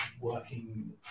working